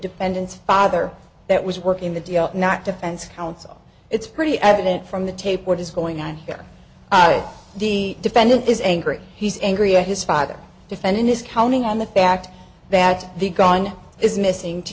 defendant's father that was working the deal not defense counsel it's pretty evident from the tape what is going on here the defendant is angry he's angry at his father defending his counting on the fact that the gun is missing to